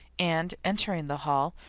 and entering the hall,